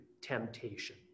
temptation